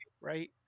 right